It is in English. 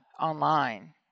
online